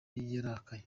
yarakaye